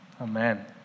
Amen